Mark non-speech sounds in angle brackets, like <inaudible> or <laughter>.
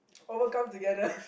overcome together <laughs>